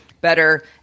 better